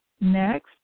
Next